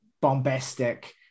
bombastic